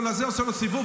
עושה לו סיבוב,